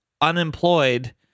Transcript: unemployed